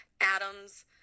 Adams